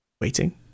Waiting